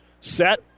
set